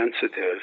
sensitive